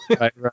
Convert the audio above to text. right